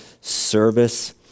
service